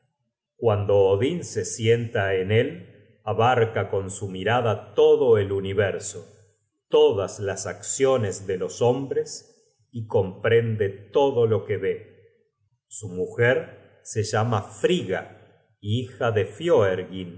cuando odin se sienta en él abarca con su mirada todo el universo todas las acciones de los hombres y comprende todo lo que ve su mujer se llama frigga hija de